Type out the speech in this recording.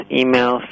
email